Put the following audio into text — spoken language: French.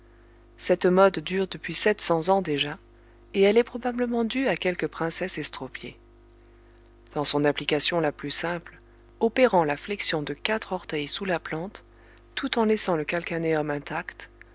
cette mode dure depuis sept cents ans déjà et elle est probablement due à quelque princesse estropiée dans son application la plus simple opérant la flexion de quatre orteils sous la plante tout en laissant le calcaneum intact